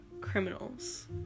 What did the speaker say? criminals